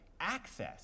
access